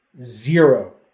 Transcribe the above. zero